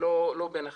לא בין החיים,